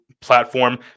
platform